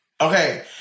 Okay